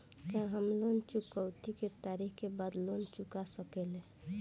का हम लोन चुकौती के तारीख के बाद लोन चूका सकेला?